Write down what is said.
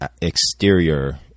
exterior